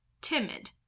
Timid